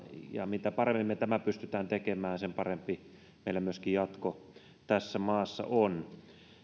ja mitä paremmin me tämän pystymme tekemään sen parempi meillä myöskin jatko tässä maassa on